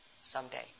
someday